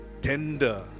tender